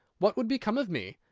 what would become of me?